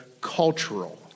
cultural